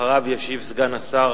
אחריו ישיב סגן השר